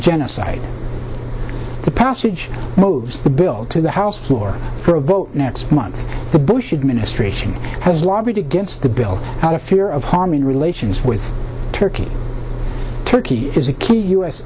genocide the passage moves the bill to the house floor for a vote next month the bush administration has lobbied against the bill out of fear of harming relations with turkey turkey is a key u s